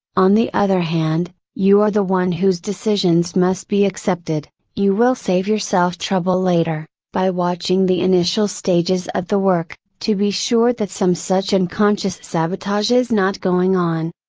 on the other hand, you are the one whose decisions must be accepted, you will save yourself trouble later, by watching the initial stages of the work, to be sure that some such unconscious sabotage is not going on.